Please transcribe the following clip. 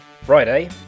Friday